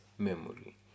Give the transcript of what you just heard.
Memory